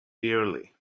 dearly